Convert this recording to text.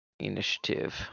Initiative